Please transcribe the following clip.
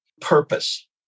purpose